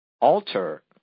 alter